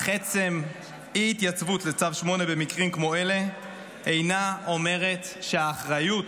אך עצם אי-התייצבות לצו 8 במקרים כמו אלה אינה אומרת שהאחריות